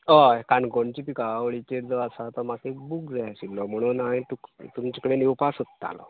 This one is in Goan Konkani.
हय काणकोणच्या पिकावळीचेर जो आसा तो म्हाका एक बूक जाय आशिल्लो म्हणून हांवें तुका तुमचे कडेन येवपाक सोदतालो